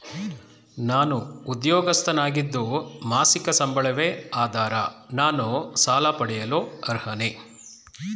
ನಾನು ಉದ್ಯೋಗಸ್ಥನಾಗಿದ್ದು ಮಾಸಿಕ ಸಂಬಳವೇ ಆಧಾರ ನಾನು ಸಾಲ ಪಡೆಯಲು ಅರ್ಹನೇ?